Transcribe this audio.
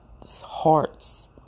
hearts